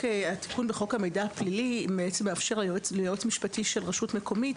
התיקון בחוק המידע הפלילי בעצם מאפשר ליועץ משפטי של רשות מקומית